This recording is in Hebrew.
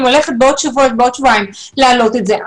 הולכת בעוד שבוע או בעוד שבועיים להעלות את זה,